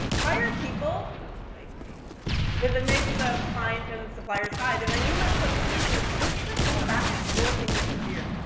hire people like me with a mix of client and supplier side. and i mean that quite seriously. it's good to go back and forth in your career.